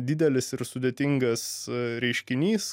didelis ir sudėtingas reiškinys